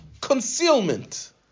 concealment